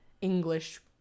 english